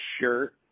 shirt